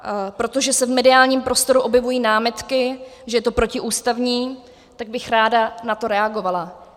A protože se v mediálním prostoru objevují námitky, že je to protiústavní, tak bych ráda na to reagovala.